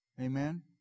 Amen